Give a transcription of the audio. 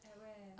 at where